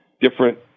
different